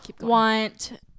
want